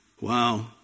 Wow